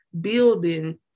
building